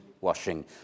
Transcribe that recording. washing